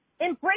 embrace